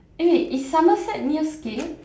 eh is Somerset near Scape